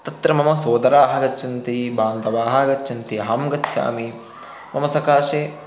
तत्र मम सहोदराः आगच्छन्ति बान्धवाः आगच्छन्ति अहं गच्छामि मम सकाशे